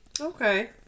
Okay